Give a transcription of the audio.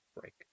break